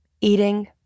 eating